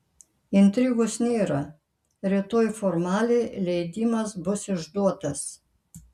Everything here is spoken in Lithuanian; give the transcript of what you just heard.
intrigos nėra rytoj formaliai leidimas bus išduotas